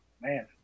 Man